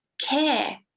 care